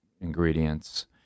ingredients